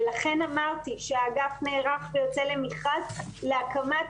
ולכן אמרתי שהאגף נערך ויוצא למרכז להקמת